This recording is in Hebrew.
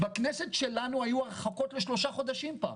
בכנסת שלנו היו הרחקות לשלושה חודשים פעם.